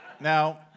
Now